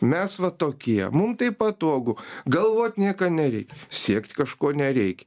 mes va tokie mum taip patogu galvot nieka nereik siekt kažko nereikia